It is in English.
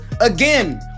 again